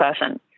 person